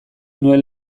nuen